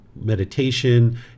meditation